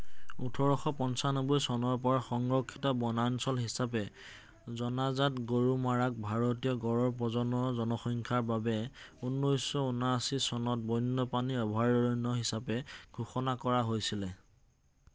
ওঠৰশ পঞ্চান্নব্বৈ চনৰ পৰা সংৰক্ষিত বনাঞ্চল হিচাপে জনাজাত গৰুমাৰাক ভাৰতীয় গঁড়ৰ প্ৰজনন জনসংখ্যাৰ বাবে ঊনৈছশ ঊনাশী চনত বন্যপ্ৰাণী অভয়াৰণ্য হিচাপে ঘোষণা কৰা হৈছিল